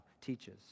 teaches